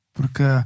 Porque